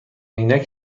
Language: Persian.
عینک